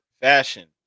fashion